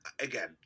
again